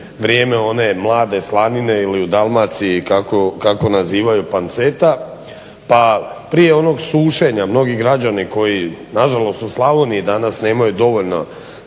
vrijeme one mlade slanine ili u Dalmaciji kako nazivaju panceta, pa prije onog sušenja mnogi građani koji na žalost u Slavoniji danas nemaju dovoljno